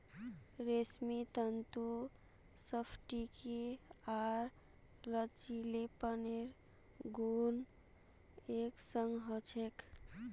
रेशमी तंतुत स्फटिकीय आर लचीलेपनेर गुण एक संग ह छेक